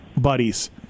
buddies